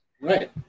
right